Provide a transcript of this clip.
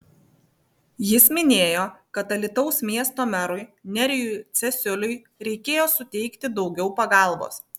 jis minėjo kad alytaus miesto merui nerijui cesiuliui reikėjo suteikti daugiau pagalbos